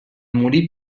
morir